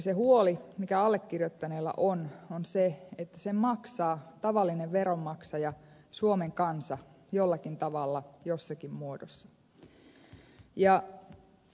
se huoli mikä allekirjoittaneella on on se että sen maksaa tavallinen veronmaksaja suomen kansa jollakin tavalla jossakin muodossa